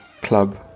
club